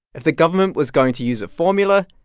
if the government was going to use a formula,